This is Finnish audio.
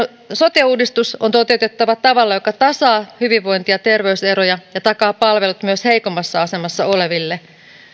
sote uudistus on toteutettava tavalla joka tasaa hyvinvointi ja terveyseroja ja takaa palvelut myös heikommassa asemassa oleville